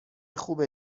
خوبه